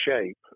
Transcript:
shape